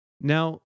Now